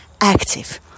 active